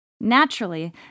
Naturally